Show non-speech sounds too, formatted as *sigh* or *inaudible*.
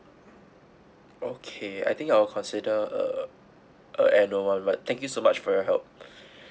okay I think I will consider uh uh annual [one] but thank you so much for your help *breath*